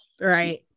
Right